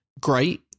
great